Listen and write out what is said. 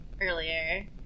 earlier